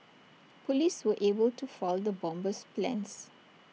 Police were able to foil the bomber's plans